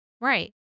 right